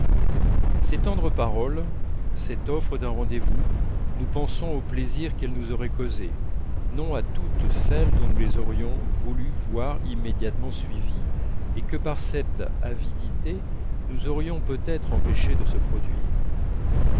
ces tendres paroles cette offre d'un rendez-vous nous pensons au plaisir qu'elles nous auraient causé non à toutes celles dont nous les aurions voulu voir immédiatement suivies et que par cette avidité nous aurions peut-être empêché de se produire